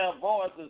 voices